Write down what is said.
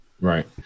Right